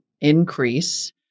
increase